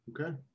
Okay